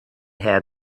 have